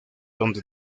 donde